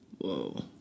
Whoa